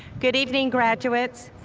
good evening, graduates.